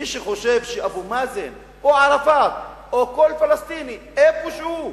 מי שחושב שאבו מאזן או ערפאת או כל פלסטיני איפה שהוא,